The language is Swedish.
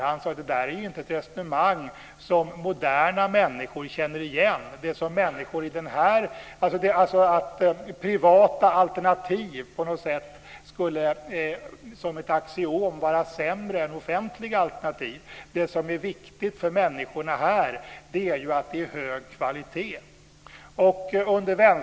Han sade att det där inte är ett resonemang som moderna människor känner igen, dvs. att privata alternativ på något sätt som ett axiom skulle vara sämre än offentliga alternativ. Det som är viktigt för människorna här är ju att det är hög kvalitet.